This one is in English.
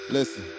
Listen